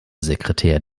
sekretär